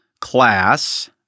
class